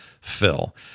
Phil